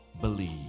believe